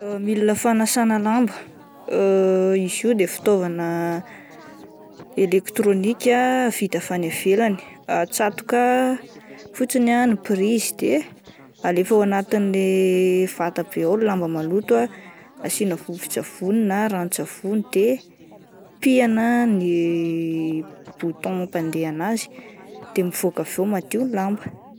Milina fanasana lamba izy io de fitaovana elektrônika vita avy any ivelany, atsatoka fotsiny ah ny prise de alefa ao anatiny le vata be ao ny lamba maloto ah asiana vovo-tsavony na ranon-tsavony de pihana ny boutton mampandeha an'azy de mivoaka avy ao madio ny lamba.